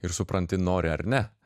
ir supranti nori ar ne